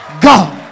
God